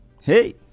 hey